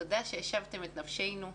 תודה שהשבתם את נפשנו,